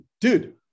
dude